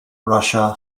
russia